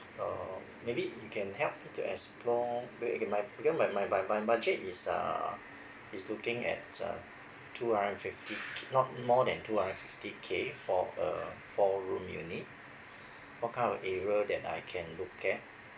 oh maybe you can help to explore bec~ my because my my bud~ my budget is uh is looking at uh two hundred and fifty not more than two hundred fifty K for uh four room unit what kind of area that I can look at